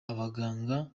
abaganga